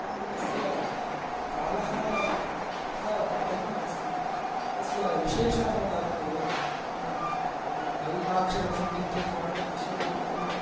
तस्य कालः तथा बुद्धः नास्ति तस्य विशेषाः तावत् नाम अल्पाक्षरमसन्दिग्धं सारवत् विश्वतोमुखम्